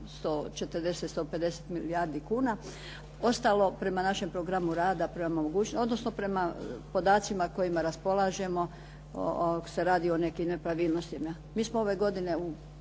140, 140 milijardi kuna, ostalo prema našem programu radu, prema mogućnostima, odnosno prema podacima kojima raspolažemo ako se radi o nekim nepravilnostima. Mi smo ove godine za